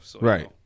Right